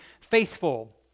faithful